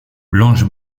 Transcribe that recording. blanche